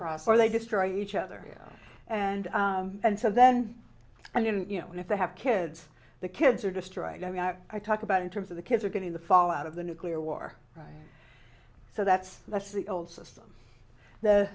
crossfire they destroy each other and and so then and then you know and if they have kids the kids are destroyed i mean i talk about in terms of the kids are getting the fall out of the nuclear war right so that's that's the old system the